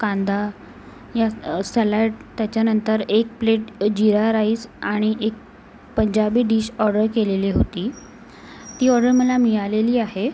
कांदा या सॅलॅड त्याच्यानंतर एक प्लेट जीरा राईस आणि एक पंजाबी डीश ऑर्डर केलेली होती ती ऑर्डर मला मिळालेली आहे